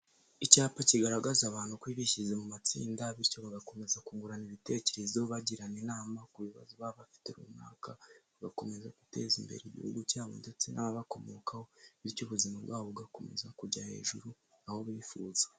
Icyapa kigaragaza abantu ko bishyize mu matsinda, bityo bagakomeza kungurana ibitekerezo bagirana inama ku bibazo bafite runaka, bagakomeza guteza imbere igihugu cyabo ndetse n'ababakomokaho bityo ubuzima bwabo bugakomeza kujya hejuru aho bifuza.